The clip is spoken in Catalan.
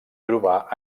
trobar